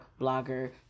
blogger